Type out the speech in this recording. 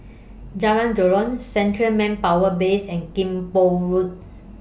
Jalan Joran Central Manpower Base and Kim Pong Road